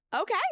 Okay